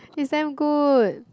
is damn good